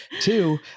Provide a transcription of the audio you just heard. two